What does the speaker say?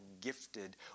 gifted